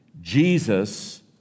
Jesus